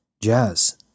Jazz